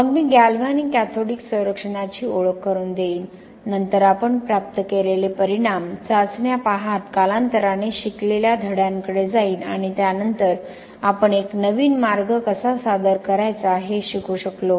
मग मी galvanic cathodic संरक्षणाची ओळख करून देईन नंतर आपण प्राप्त केलेले परिणाम चाचण्या पाहत कालांतराने शिकलेल्या धड्यांकडे जाईन आणि त्यानंतरआपण एक नवीन मार्ग कसा सादर करायचा हे शिकू शकलो